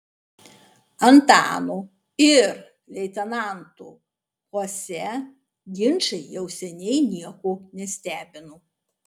antano ir leitenanto chose ginčai jau seniai nieko nestebino